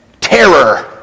Terror